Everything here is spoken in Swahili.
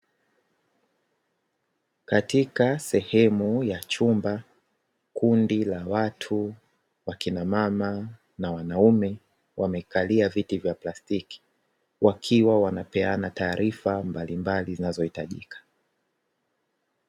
Katika sehemu ya chumba kundi la watu wakina mama na wanaume wamekalia viti vya plastiki, wakiwa wanapeana taarifa mbalimbali zinazohitajika.